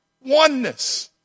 oneness